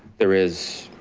there is,